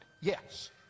Yes